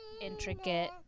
intricate